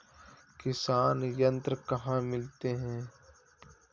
किसान यंत्र कहाँ मिलते हैं?